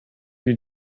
you